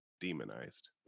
demonized